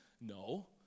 No